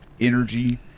energy